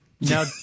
Now